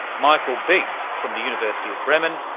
michael beetz from the university of bremen,